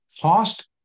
Cost